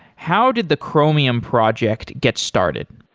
how did the chromium project get started?